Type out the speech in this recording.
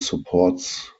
supports